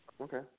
Okay